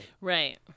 right